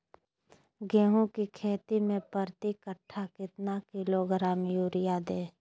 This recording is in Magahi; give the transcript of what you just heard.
गेंहू की खेती में प्रति कट्ठा कितना किलोग्राम युरिया दे?